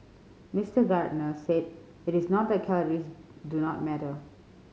Mister Gardner said it is not that calories do not matter